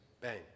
Bang